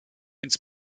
ins